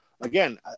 again